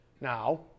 Now